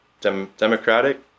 Democratic